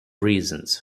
reasons